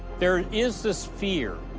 there is this fear